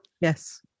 Yes